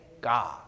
God